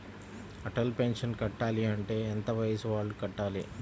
Atal pension కట్టాలి అంటే ఎంత వయసు వాళ్ళు కట్టాలి?